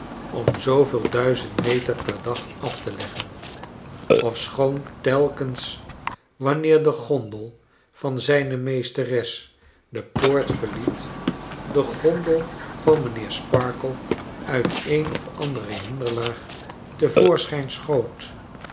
om zooveel duizend meter per dag af te leggen ofschoon telkens wanneer de gondel van zijne meesteres de poort verliet de gondel van mijnheer sparkler uit een of andere hinderlaag te voorschijii schoot